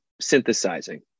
synthesizing